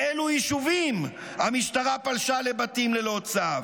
באילו יישובים המשטרה פלשה לבתים ללא צו?